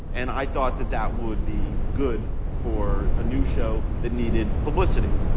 and i thought that that would be good for a new show that needed publicity.